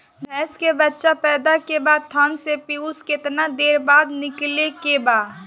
भैंस के बच्चा पैदा के बाद थन से पियूष कितना देर बाद निकले के बा?